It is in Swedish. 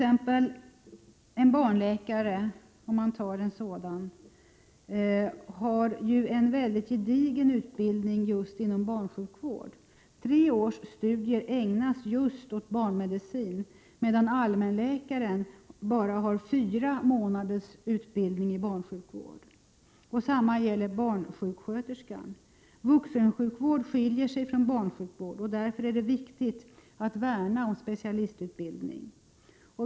En barnläkare har t.ex. en gedigen utbildning i just barnsjukvård. Tre års studier ägnas åt barnmedicin, medan allmänläkaren bara har fyra månaders utbildning i barnsjukvård. Detsamma gäller barnsjuksköterskan. Vuxensjukvård skiljer sig från barnsjukvård, och därför är det viktigt att värna om specialistutbildning.